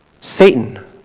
Satan